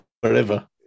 wherever